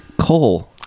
Cole